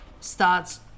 starts